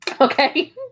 Okay